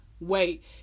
Wait